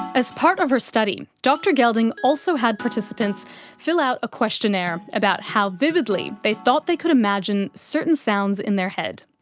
as part of her study, dr gelding also had participants fill out a questionnaire about how vividly they thought they could imagine certain sounds in their head.